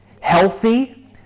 healthy